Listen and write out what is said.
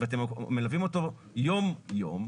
ואתם מלווים אותו יום יום,